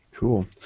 Cool